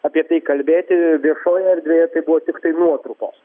apie tai kalbėti viešojoje erdvėje tai buvo tiktai nuotrupos